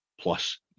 plus